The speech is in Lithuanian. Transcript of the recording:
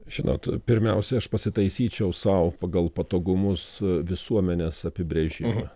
žinot pirmiausia aš pasitaisyčiau sau pagal patogumus visuomenės apibrėžimą